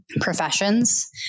professions